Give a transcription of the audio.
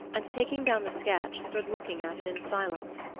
and taking down the sketch stood looking at it in silence.